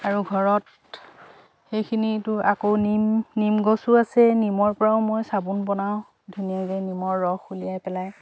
আৰু ঘৰত সেইখিনিতো আকৌ নিম নিম গছো আছে নিমৰ পৰাও মই চাবোন বনাওঁ ধুনীয়াকৈ নিমৰ ৰস উলিয়াই পেলাই